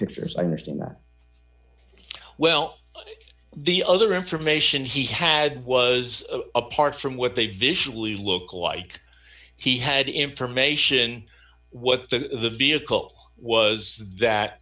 pictures i understand well the other information he had was apart from what they've visually look like he had information what the vehicle was that